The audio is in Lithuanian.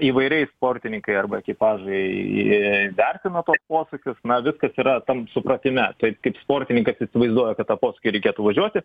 įvairiai sportininkai arba ekipažai į įvertino tuos posūkius na viskas yra tam supratime taip kaip sportininkas įsivaizduoja kad tą posūkį reikės pravažiuoti